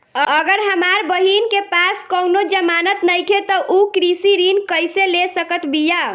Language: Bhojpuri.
अगर हमार बहिन के पास कउनों जमानत नइखें त उ कृषि ऋण कइसे ले सकत बिया?